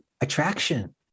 attraction